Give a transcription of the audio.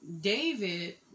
David